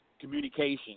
communication